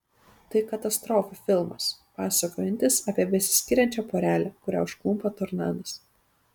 tai katastrofų filmas pasakojantis apie besiskiriančią porelę kurią užklumpa tornadas